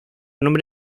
nombre